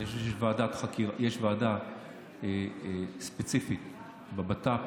אני חושב שיש ועדה ספציפית בבט"פ,